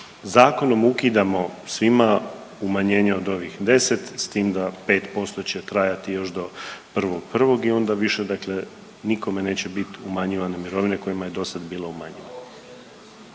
zakonom ukidamo svima umanjenje od ovih 10 s tim da 5% će trajati još do 1.1. i onda više dakle nikome neće biti umanjivane mirovine kojima je dosad bila umanjivana.